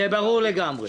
זה ברור לגמרי.